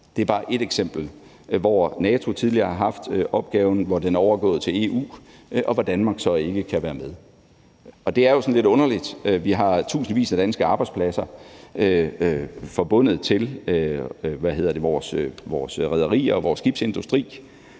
Det er bare ét eksempel, hvor NATO tidligere har haft opgaven, og hvor den er overgået til EU, og hvor Danmark så ikke kan være med, og det er jo sådan lidt underligt. Vi har tusindvis af danske arbejdspladser forbundet til vores rederier og vores skibsindustri,